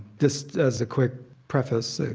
just as a quick preface,